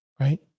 right